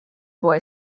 boy